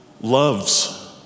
loves